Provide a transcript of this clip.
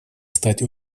стать